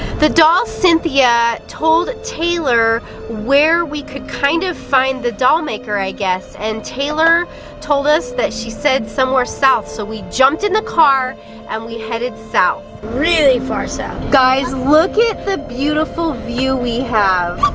the doll, cynthia, told taylor where we could kind of find the doll maker, i guess, and taylor told us that she said somewhere south, so we jumped in the car and we headed south. really far south. guys, look at the beautiful view we have.